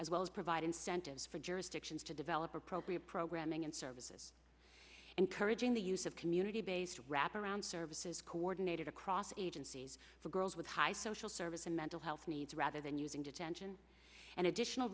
as well as provide incentives for jurisdictions to develop appropriate programming and services and courage in the use of community based wraparound services coordinated across agencies for girls with high social service and mental health needs rather than using detention and additional